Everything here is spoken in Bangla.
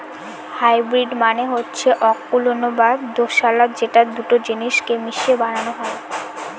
হাইব্রিড মানে হচ্ছে অকুলীন বা দোঁশলা যেটা দুটো জিনিস কে মিশিয়ে বানানো হয়